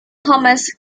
thomas